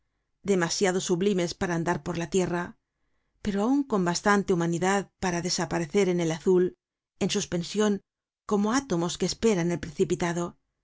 demasiado sublimes para andar por la tierra pero aun con bastante humanidad para desaparecer en el azul en suspension como átomos que esperan el precipitado